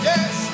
Yes